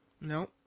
No